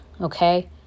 okay